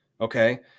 okay